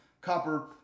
Copper